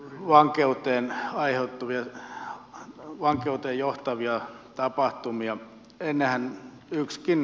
vankeuteen hajautuvilta vangeilta johtavia tapahtumia enää ykskin